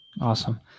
Awesome